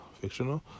fictional